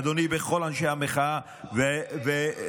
אדוני, בכל אנשי המחאה, ואופיר,